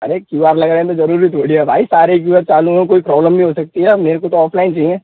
अरे Q R लग रहे हैं तो ज़रूरी थोड़ी है भाई सारे क्यू आर चालू हों कोई प्रॉब्लम भी हो सकती है अब मेरे को तो ऑफलाइन चाहिए